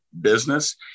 business